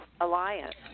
alliance